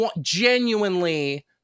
genuinely